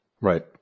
right